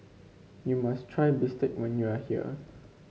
you must try bistake when you are here